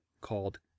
called